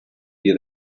die